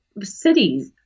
Cities